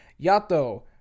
Yato